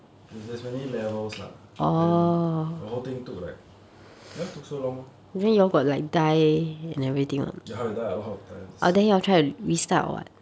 there's there's many levels lah then the whole thing took like just took so long lor ya we die a lot of times